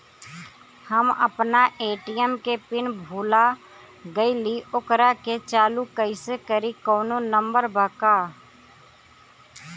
हम अपना ए.टी.एम के पिन भूला गईली ओकरा के चालू कइसे करी कौनो नंबर बा?